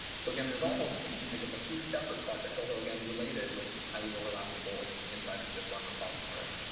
so again, there's almost you can think of a few separate projects, although again related with highly overlapping goals inside of just one repository.